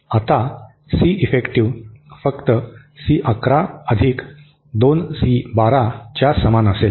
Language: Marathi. आता सी इफेक्टिव्ह फक्त सी 11 अधिक 2 सी 12 च्या समान असेल